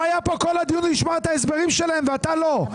הוא היה פה כל הדיון לשמוע את ההסברים שלהם ואתה לא,